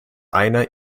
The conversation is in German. einer